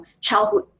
childhood